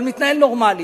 אבל מתנהל נורמלי.